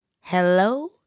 Hello